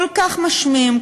כל כך משמים,